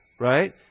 right